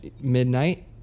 midnight